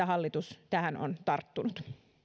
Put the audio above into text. hallitus on tähän tarttunut